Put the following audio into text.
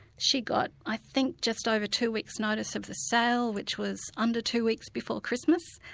she got i think just over two weeks notice of the sale, which was under two weeks before christmas,